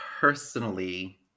personally